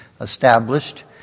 established